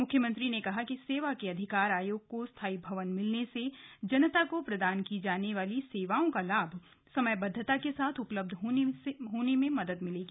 मुख्यमंत्री ने कहा कि सेवा के अधिकार आयोग को स्थाई भवन मिलने से जनता को प्रदान की जाने वाली सेवाओं का लाभ समयबद्वता के साथ उपलब्ध होने में मदद मिलेगी